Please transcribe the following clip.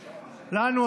לנו,